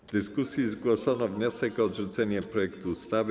W dyskusji zgłoszono wniosek o odrzucenie projektu ustawy.